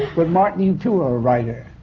but martin, you too are a writer.